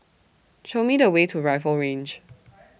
Show Me The Way to Rifle Range